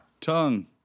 tongue